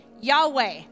Yahweh